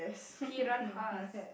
piranhas